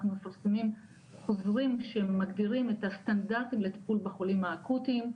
אנחנו מפרסמים חוזרים שמגדירים את הסטנדרטיים לטיפול בחולים האקוטיים,